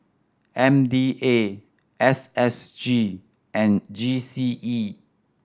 M D A S S G and G C E